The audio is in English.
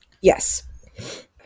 Yes